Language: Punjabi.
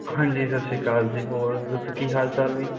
ਹਾਂਜੀ ਸਤਿ ਸ਼੍ਰੀ ਅਕਾਲ ਜੀ ਹੋਰ ਦੱਸੋ ਕੀ ਹਾਲ ਚਾਲ ਜੀ